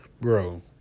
bro